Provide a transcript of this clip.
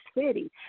city